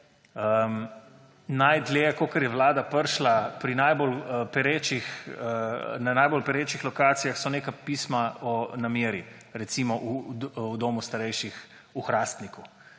Najdlje, kolikor je Vlada prišla na najbolj perečih lokacijah, so neka pisma o nameri. Recimo v domu starejših v Hrastniku,